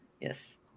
Yes